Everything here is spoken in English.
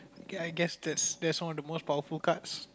okay I guess that's that's one of the most powerful cards